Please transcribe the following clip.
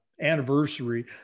anniversary